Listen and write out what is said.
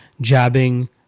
jabbing